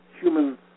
human